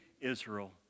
Israel